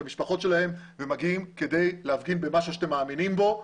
את המשפחות שלכם ומגיעים כדי להפגין במשהו שאתם מאמינים בו.